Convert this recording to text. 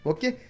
Okay